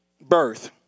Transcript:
birth